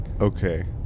okay